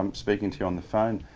um speaking to you on the phone.